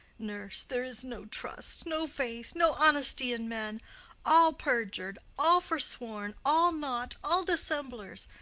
nurse. there's no trust, no faith, no honesty in men all perjur'd, all forsworn, all naught, all dissemblers.